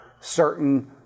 certain